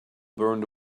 burned